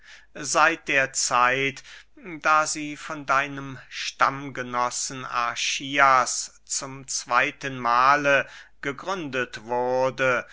seit der zeit da sie von deinem stammgenossen archias zum zweyten mahle gegründet wurde